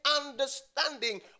understanding